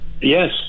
Yes